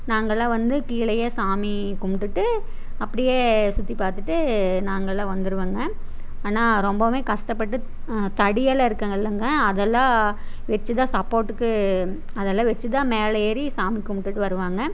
நாங்கள்லாம் வந்து கீழேயே சாமி கும்பிட்டுட்டு அப்படியே சுற்றி பார்த்துட்டு நாங்கள்லாம் வந்துருவோங்க ஆனால் ரொம்பவும் கஷ்ட்டப்பட்டு தடியாளாக இருக்காங்கள்ல அதெல்லாம் வெச்சுதான் சப்போட்டுக்கு அதெல்லாம் வெச்சு தான் மேலே ஏறி சாமி கும்பிட்டுட்டு வருவாங்க